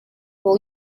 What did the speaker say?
will